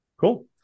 Cool